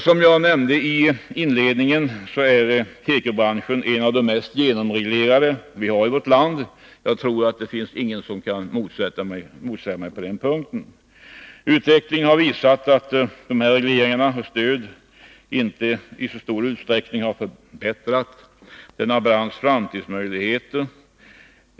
Som jag nämnde i inledningen är tekobranschen en av de mest genomreglerade branscher som vi har i vårt land. Ingen torde kunna motsäga mig på den punkten. Utvecklingen har visat att dessa regleringar och stöd inte på något sätt förbättrat framtidsmöjligheterna för denna bransch.